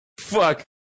Fuck